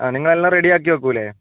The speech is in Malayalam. ആ നിങ്ങൾ എല്ലാം റെഡി ആക്കി വയ്ക്കില്ലേ